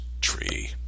tree